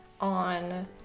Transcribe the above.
on